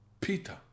peter